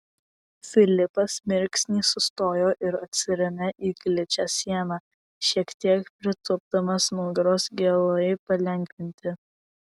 filipas mirksnį sustojo ir atsirėmė į gličią sieną šiek tiek pritūpdamas nugaros gėlai palengvinti